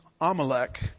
Amalek